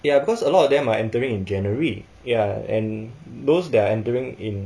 ya cause a lot of them are entering in january ya and those that are entering in